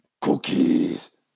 Cookies